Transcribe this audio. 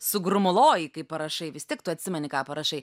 sugrumuloji kai parašai vis tiek tu atsimeni ką parašai